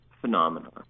phenomenon